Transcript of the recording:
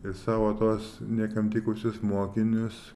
ir savo tuos niekam tikusius mokinius